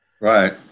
Right